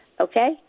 Okay